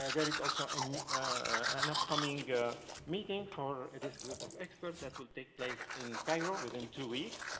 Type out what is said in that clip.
um there is also and an upcoming meeting for this group of expert that will take place in cairo within two weeks.